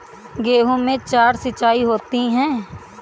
गेहूं में चार सिचाई होती हैं